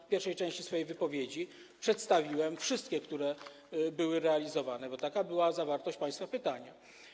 W pierwszej części swojej wypowiedzi przedstawiłem wszystkie wskazania, które były realizowane, bo taka była zawartość państwa pytania.